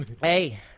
Hey